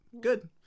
good